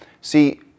See